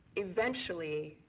eventually,